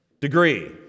degree